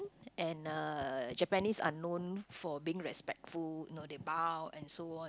and uh Japanese are known for being respectful you know they bow and so on